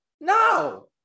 no